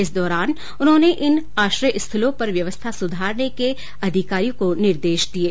इस दौरान उन्होंने इन आश्रय स्थलों पर व्यवस्था सुधारने के अधिकारियों को निर्देश दिये